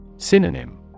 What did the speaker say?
Synonym